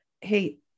Hey